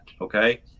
Okay